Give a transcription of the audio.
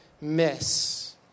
miss